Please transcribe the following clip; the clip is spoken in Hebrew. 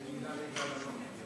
מילה טובה ליגאל אלון.